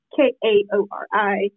K-A-O-R-I